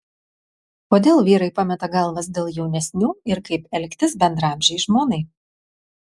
kodėl vyrai pameta galvas dėl jaunesnių ir kaip elgtis bendraamžei žmonai